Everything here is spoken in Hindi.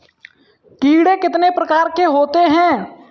कीड़े कितने प्रकार के होते हैं?